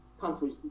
countries